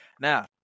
now